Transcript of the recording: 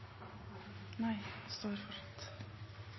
Nei, for